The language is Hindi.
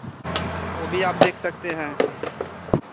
वो भी आप देख सकते हैं